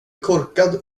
korkad